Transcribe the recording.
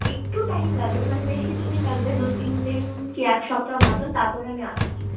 একটু টাইম লাগবে মানে বেশ কিছুদিন লাগবে দু তিনদিন কি এক সপ্তাহ মতন তার পরে আমি আসছি